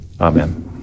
Amen